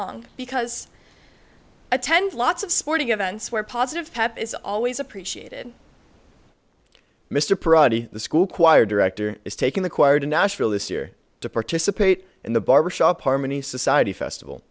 long because attend lots of sporting events where positive pep is always appreciated mr prodi the school choir director is taking the choir to nashville this year to participate in the barbershop harmony society festival